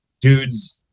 dudes